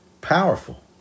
Powerful